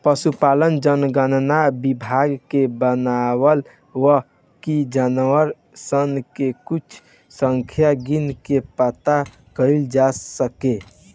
पसुपालन जनगणना विभाग के बनावल बा कि जानवर सन के कुल संख्या गिन के पाता कइल जा सके